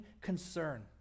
concern